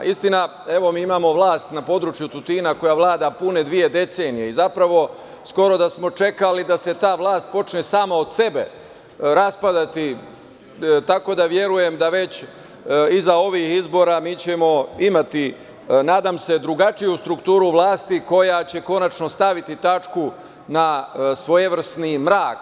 Istina, evo mi imamo vlast na području Tutina, koja vlada pune dve decenije i zapravo skoro da smo čekali da se ta vlast počne sama od sebe raspadati, tako da verujem da već iza ovih izbora ćemo imati nadam se, drugačiju strukturu vlasti, koja će konačno staviti tačku na svojevrsni mrak.